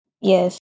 Yes